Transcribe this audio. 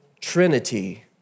trinity